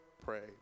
pray